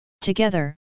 Together